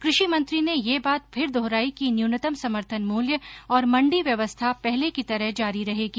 कृषि मंत्री ने यह बात फिर दोहराई कि न्यूनतम समर्थन मूल्य और मंडी व्यवस्था पहले की तरह जारी रहेगी